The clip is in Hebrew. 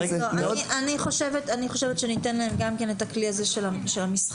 אני חושבת שניתן להם גם את הכלי הזה של המשחקים.